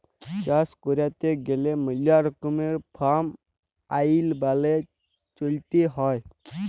চাষ ক্যইরতে গ্যালে ম্যালা রকমের ফার্ম আইল মালে চ্যইলতে হ্যয়